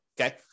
okay